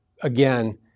again